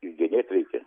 išgenėt reikia